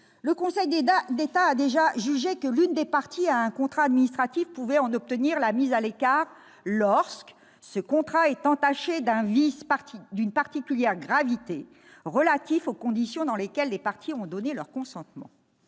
le Conseil d'État a déjà estimé que l'une des parties à un contrat administratif pouvait en obtenir la mise à l'écart lorsque ce contrat est entaché « d'un vice d'une particulière gravité relatif aux conditions dans lesquelles les parties ont donné leur consentement